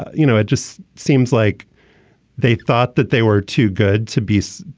you know, it just seems like they thought that they were too good to be. so